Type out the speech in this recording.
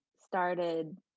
started